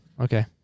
Okay